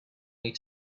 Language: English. need